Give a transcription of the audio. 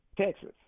Texas